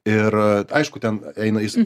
ir aišku ten eina jisai